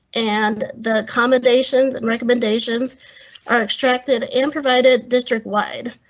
and the commendations and recommendations are extracted an provided districtwide.